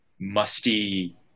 musty